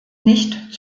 nicht